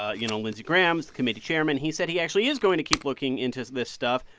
ah you know, lindsey graham, committee chairman he said he actually is going to keep looking into this stuff.